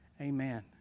Amen